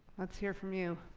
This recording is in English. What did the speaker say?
let's hear from you.